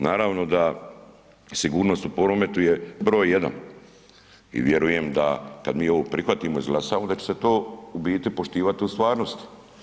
Naravno da sigurnost u prometu je broj jedan i vjerujem da mi kada ovo prihvatimo i izglasamo da će se to u biti poštivati u stvarnosti.